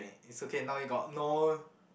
it's okay now you got